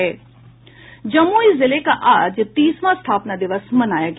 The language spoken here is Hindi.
जमुई जिले का आज तीसवां स्थापना दिवस मनाया गया